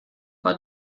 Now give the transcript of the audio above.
war